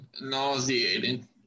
nauseating